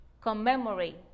commemorate